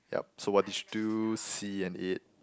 yup so what did you do see and eat